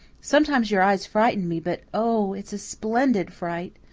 sometimes your eyes frighten me, but oh, it's a splendid fright!